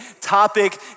topic